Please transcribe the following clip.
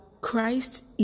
christ